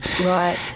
Right